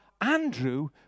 Andrew